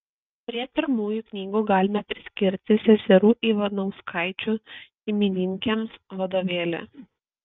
prie pirmųjų knygų galime priskirti seserų ivanauskaičių šeimininkėms vadovėlį